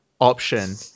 option